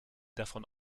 davon